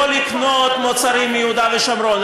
לא לקנות מוצרים מיהודה ושומרון.